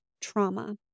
trauma